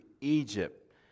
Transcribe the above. Egypt